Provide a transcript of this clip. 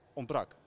ontbrak